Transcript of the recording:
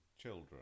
children